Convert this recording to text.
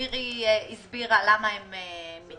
מירי הסבירה למה הם מתנגדים.